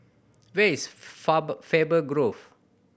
where is Faber Grove